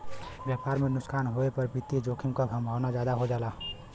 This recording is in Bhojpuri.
व्यापार में नुकसान होये पर वित्तीय जोखिम क संभावना जादा हो जाला